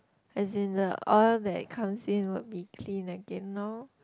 as in the oil that comes in would be clean again lor